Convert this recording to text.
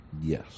Yes